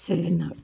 సేన్నా